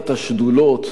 בסוגיית השדולות,